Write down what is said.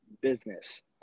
business